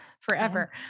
forever